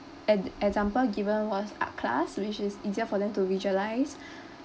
an example given was art class which is easier for them to visualise